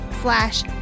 slash